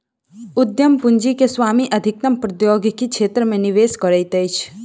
उद्यम पूंजी के स्वामी अधिकतम प्रौद्योगिकी क्षेत्र मे निवेश करैत अछि